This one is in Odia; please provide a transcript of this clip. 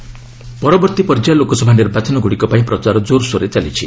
କ୍ୟାମ୍ପେନିଂ ପରବର୍ତ୍ତୀ ପର୍ଯ୍ୟାୟ ଲୋକସଭା ନିର୍ବାଚନଗୁଡ଼ିକ ପାଇଁ ପ୍ରଚାର ଜୋର୍ସୋରରେ ଚାଲିଛି